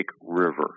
River